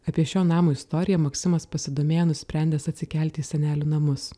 apie šio namo istoriją maksimas pasidomėjo nusprendęs atsikelti į senelių namus